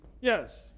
Yes